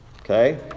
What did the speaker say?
Okay